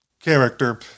character